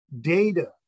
Data